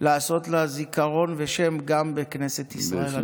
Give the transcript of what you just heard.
לעשות לה זיכרון ושם גם בכנסת ישראל.